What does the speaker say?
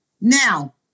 Now